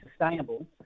sustainable